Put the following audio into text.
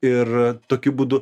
ir tokiu būdu